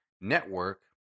network